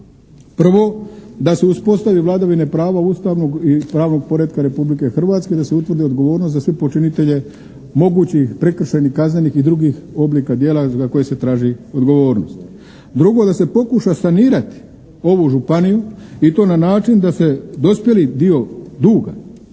Prvo, da se uspostavi vladavina prava ustavnog i pravnog poretka Republike Hrvatske i da se utvrdi odgovornost za sve počinitelje mogućih prekršajnih, kaznenih i drugih oblika djela za koje se traži odgovornost. Drugo, da se pokuša sanirati ovu županiju i to na način da se dospjeli dio duga